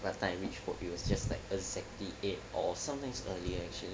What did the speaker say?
by the time I reach work it's just like exactly eight or sometimes earlier actually